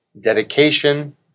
dedication